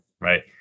right